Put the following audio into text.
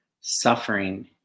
suffering